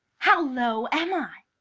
how low am i?